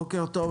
בוקר טוב,